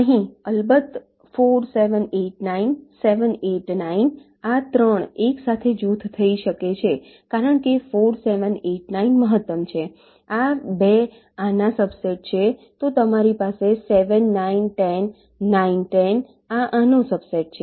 અહીં અલબત્ત 4 7 8 9 7 8 9 આ 3 એકસાથે જૂથ થઈ શકે છે કારણ કે 4 7 8 9 મહત્તમ છે આ 2 આના સબસેટ છે તો તમારી પાસે 7 9 10 9 10 આ આનો સબસેટ છે